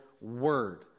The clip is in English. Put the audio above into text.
word